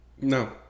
No